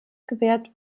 gewährt